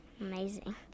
Amazing